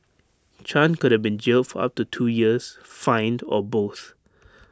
chan could have been jailed for up to two years fined or both